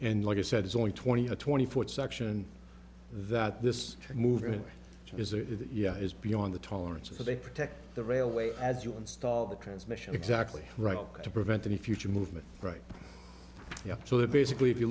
and like you said it's only twenty a twenty foot section that this movement is it yeah is beyond the tolerance because they protect the railway as you install the transmission exactly right to prevent any future movement right so they basically if you